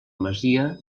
masia